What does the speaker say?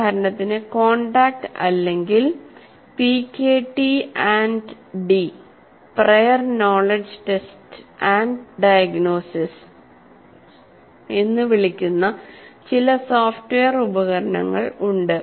ഉദാഹരണത്തിന് CONTACT അല്ലെങ്കിൽ PKTandD prior knowledge test and diagnosis എന്ന് വിളിക്കുന്ന ചില സോഫ്റ്റ്വെയർ ഉപകരണങ്ങൾ ഉണ്ട്